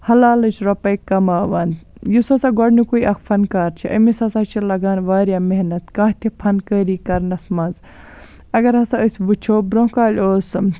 حَلالٕچ رۄپَاے کَماوان یُس ہَسا گۄڈٕنکٕے اکھ فَنکار چھُ أمس ہَسا چھِ لَگان واریاہ محنت کانٛہہ تہِ فنکٲری کَرنَس مَنٛز اَگَر ہَسا أسۍ وٕچھو برونٛہہ کالہِ اوس